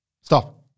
Stop